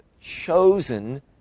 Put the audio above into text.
chosen